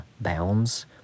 Bounds